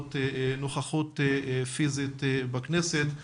מאפשרות נוכחות פיזית בכנסת,